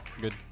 Good